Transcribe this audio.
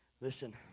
listen